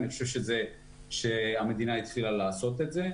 אני חושב שהמדינה התחילה לעשות את זה.